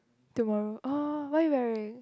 tomorrow oh what are you wearing